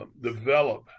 develop